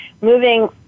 moving